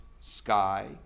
sky